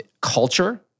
culture